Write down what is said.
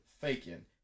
Faking